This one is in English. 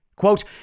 Quote